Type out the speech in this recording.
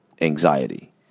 anxiety